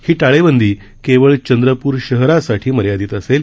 ही टाळेबंदी केवळ चंद्रपूर शहरासाठी मर्यादित असेल